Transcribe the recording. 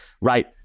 right